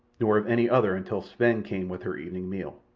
nor of any other until sven came with her evening meal.